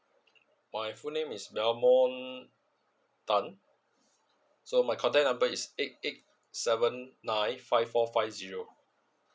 my full name is belmon tan so my contact number is eight eight seven nine five four five zero